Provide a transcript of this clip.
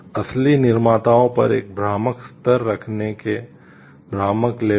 असली निर्माताओं पर एक भ्रामक स्तर रखने में भ्रामक लेबल